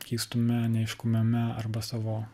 keistume neaiškumeme arba savo